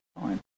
time